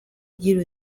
ugira